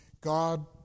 God